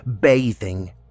bathing